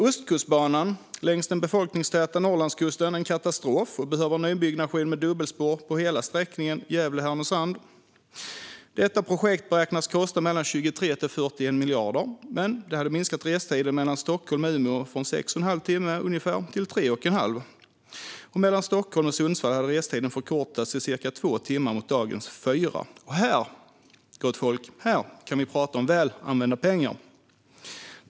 Ostkustbanan längs den befolkningstäta Norrlandskusten är en katastrof och behöver en nybyggnation med dubbelspår på hela sträckningen Gävle-Härnösand. Detta projekt beräknas kosta mellan 23 och 41 miljarder, men det skulle minska restiden mellan Stockholm och Umeå från ungefär sex och en halv timme till tre och en halv. Mellan Stockholm och Sundsvall skulle restiden förkortas till cirka två timmar mot dagens fyra. Här, gott folk, kan vi prata om väl använda pengar!